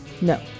No